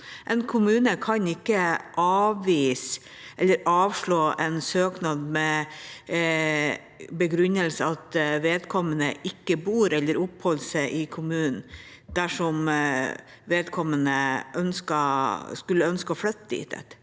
En kommune kan ikke avvise eller avslå en søknad med begrunnelse at vedkommende ikke bor eller oppholder seg i kommunen, dersom vedkommende skulle ønske å flytte dit.